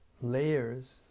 layers